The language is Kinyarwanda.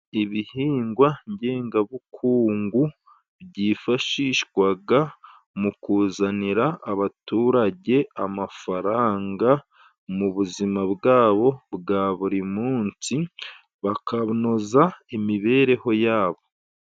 Ibihingwa ngengabukungu, byifashishwaga mu kuzanira abaturage amafaranga mu buzima bwabo bwa buri munsi, bakanoza imibereho yabo.